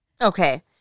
Okay